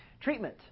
Treatment